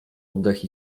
oddech